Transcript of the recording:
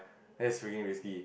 there's freaking risky